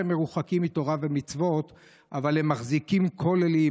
מרוחקים מתורה ומצוות אבל הם מחזיקים כוללים,